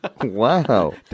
Wow